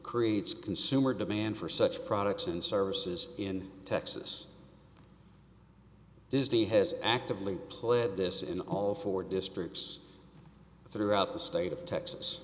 creates consumer demand for such products and services in texas this dea has actively pled this in all four districts throughout the state of texas